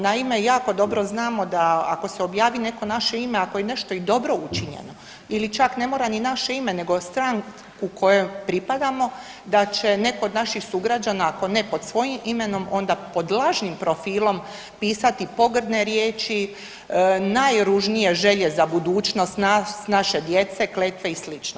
Naime, jako dobro znamo ako se objavi neko naše ime, ako je nešto i dobro učinjeno ili čak ne mora ni naše ime nego stranku kojoj pripadamo da će netko od naših sugrađana, ako ne pod svojim imenom onda pod lažnim profilom pisati pogrdne riječi, najružnije želje za budućnost nas naše djece, kletve i sl.